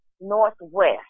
northwest